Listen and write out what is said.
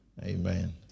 Amen